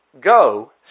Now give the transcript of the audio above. Go